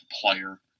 player